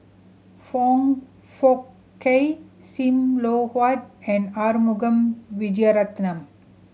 Foong Fook Kay Sim Loh Huat and Arumugam Vijiaratnam